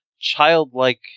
childlike